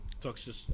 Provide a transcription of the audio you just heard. toxic